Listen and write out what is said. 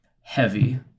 heavy